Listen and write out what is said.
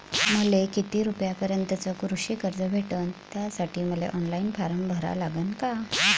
मले किती रूपयापर्यंतचं कृषी कर्ज भेटन, त्यासाठी मले ऑनलाईन फारम भरा लागन का?